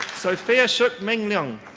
sophia shuk ming leung.